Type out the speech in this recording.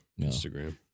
Instagram